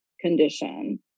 condition